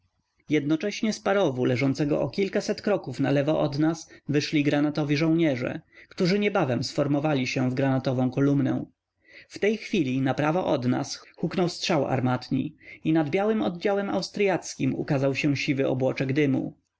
jednocześnie z parowu leżącego o kilkaset kroków nalewo od nas wyszli granatowi żołnierze którzy niebawem sformowali się w granatową kolumnę w tej chwili naprawo od nas huknął strzał armatni i nad białym oddziałem austryackim ukazał się siwy obłoczek dymu